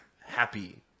happy